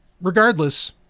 regardless